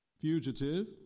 fugitive